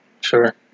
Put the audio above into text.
Sure